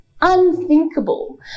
unthinkable